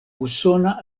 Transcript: usona